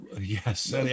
Yes